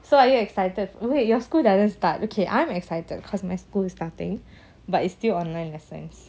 so are you excited oh wait your school doesn't start okay I'm excited because my school is starting but it's still online lessons